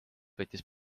võttis